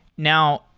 now,